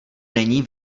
není